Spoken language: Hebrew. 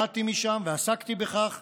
באתי משם ועסקתי בכך,